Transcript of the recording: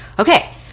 okay